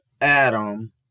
Adam